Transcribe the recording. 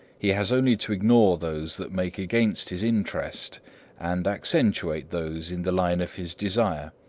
he has only to ignore those that make against his interest and accentuate those in the line of his desire.